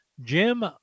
Jim